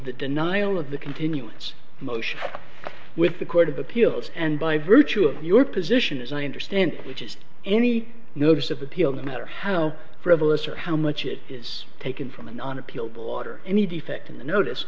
the denial of the continuance motion with the court of appeals and by virtue of your position as i understand it which is any notice of appeal no matter how frivolous or how much it is taken from a non appealable water any defect in the notice